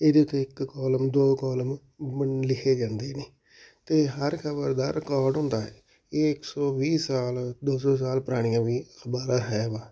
ਇਹਦੇ 'ਤੇ ਇੱਕ ਕੋਲਮ ਦੋ ਕੋਲਮ ਮ ਲਿਖੇ ਜਾਂਦੇ ਨੇ ਅਤੇ ਹਰ ਖ਼ਬਰ ਦਾ ਰਿਕਾਰਡ ਹੁੰਦਾ ਹੈ ਇਹ ਇੱਕ ਸੌ ਵੀਹ ਸਾਲ ਦੋ ਸੌ ਸਾਲ ਪੁਰਾਣੀਆਂ ਵੀ ਅਖ਼ਬਾਰਾਂ ਹੈ ਵਾ